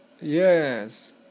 Yes